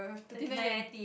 thirty nine nine